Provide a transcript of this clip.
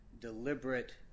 deliberate